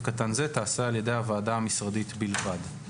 קטן זה תיעשה על ידי הוועדה המשרדית בלבד.